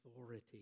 authority